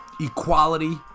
equality